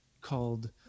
called